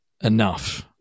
enough